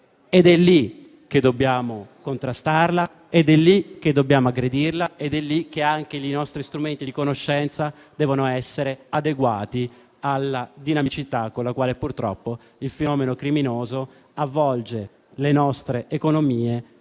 È lì che dobbiamo contrastarla e aggredirla ed è lì che i nostri strumenti di conoscenza devono essere adeguati alla dinamicità con la quale purtroppo il fenomeno criminoso avvolge le nostre economie,